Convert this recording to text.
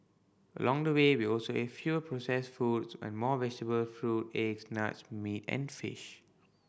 along the way we also ate fewer processed foods and more vegetable fruit eggs nuts meat and fish